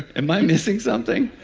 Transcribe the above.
am i missing something?